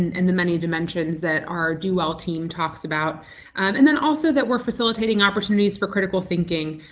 and the many dimensions that our duwell team talks about and then also that we're facilitating opportunities for critical thinking.